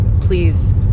Please